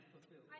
fulfilled